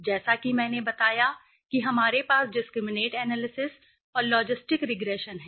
जैसा कि मैंने बताया कि हमारे पास डिस्क्रिमिनैंट एनालिसिस और लॉजिस्टिक रिग्रेशन है